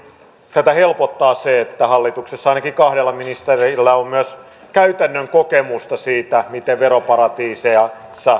tätä helpottaa se että hallituksessa ainakin kahdella ministerillä on myös käytännön kokemusta siitä miten veroparatiiseissa